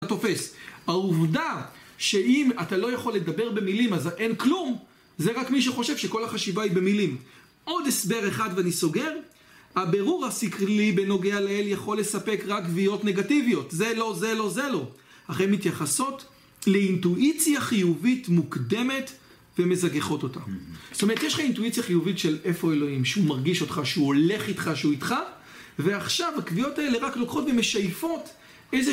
התופס, העובדה שאם אתה לא יכול לדבר במילים, אז אין כלום, זה רק מי שחושב שכל החשיבה היא במילים. עוד הסבר אחד ואני סוגר, הבירור הסקרלי בנוגע לאל יכול לספק רק קביעות נגטיביות, זה לא, זה לא, זה לא, אך הן מתייחסות לאינטואיציה חיובית מוקדמת ומזגחות אותה. זאת אומרת, יש לך אינטואיציה חיובית של איפה האלוהים, שהוא מרגיש אותך, שהוא הולך איתך, שהוא איתך, ועכשיו הקביעות האלה רק לוקחות ומשייפות איזה...